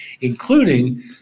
including